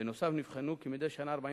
בנוסף, נבחנו כמדי שנה 45